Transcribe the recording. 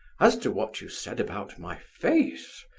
as to what you said about my face,